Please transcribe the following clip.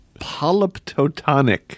Polyptotonic